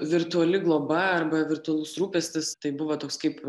virtuali globa arba virtualus rūpestis tai buvo toks kaip